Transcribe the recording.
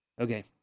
Okay